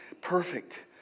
perfect